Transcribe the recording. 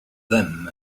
them